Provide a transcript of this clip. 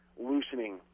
loosening